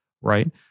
right